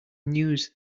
news